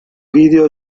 video